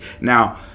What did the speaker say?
Now